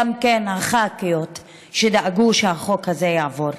וגם הח"כיות שדאגו שהחוק הזה יעבור,